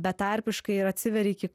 betarpiškai ir atsiveri iki